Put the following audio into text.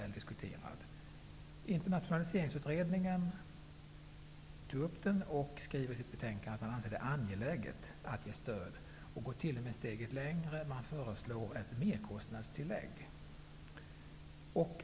Den togs upp av Internationaliseringsutredningen, som i sitt betänkande skriver att man anser det angeläget att stöd ges. Man går t.o.m. steget längre och föreslår ett merkostnadstillägg.